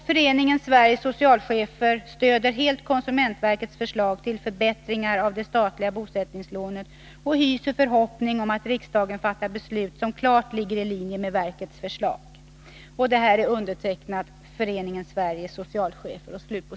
FSS stöder helt konsumentverkets förslag till förbättringar av det statliga bosättningslånet och hyser förhoppning om att riksdagen fattar beslut som klart ligger i linje med verkets förslag.” Så säger alltså Föreningen Sveriges socialchefer.